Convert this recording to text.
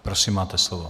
Prosím, máte slovo.